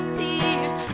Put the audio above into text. tears